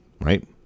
right